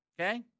okay